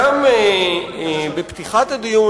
גם בפתיחת הדיון,